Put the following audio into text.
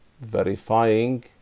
verifying